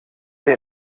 der